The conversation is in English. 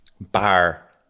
bar